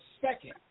second